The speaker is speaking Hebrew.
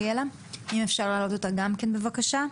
בבקשה.